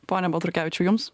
pone baltrukevičiau jums